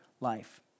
life